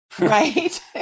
Right